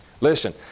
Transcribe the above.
Listen